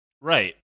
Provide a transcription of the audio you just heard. right